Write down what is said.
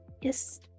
Yes